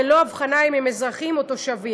ללא הבחנה אם הם אזרחים או תושבים.